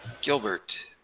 Gilbert